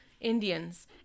Indians